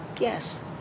yes